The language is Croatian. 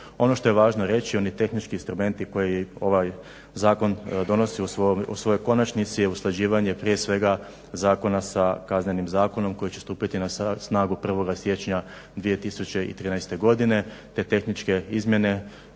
Ono što je važno reći, oni tehnički instrumenti koje ovaj zakon donosi u svojoj konačnici je usklađivanje prije svega zakona sa Kaznenim zakonom koji će stupiti na snagu 1. siječnja 2013. godine. Te tehničke izmjene